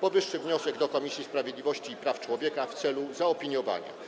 powyższy wniosek do Komisji Sprawiedliwości i Praw Człowieka w celu zaopiniowania.